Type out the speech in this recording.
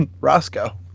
Roscoe